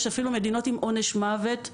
יש אפילו מדינות עם עונש מוות,